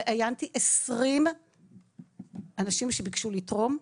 ראיינתי 20 אנשים שביקשו לתרום.